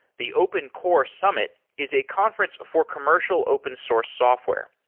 the open core summ it is a conference for commercial open source software.